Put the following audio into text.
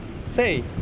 say